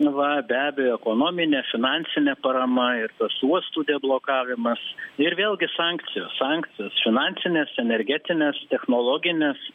va be abejo ekonominė finansinė parama ir tas uostų deblokavimas ir vėlgi sankcijos sankcijos finansinės energetinės technologinės